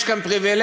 יש כאן פריבילגיה,